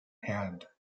hand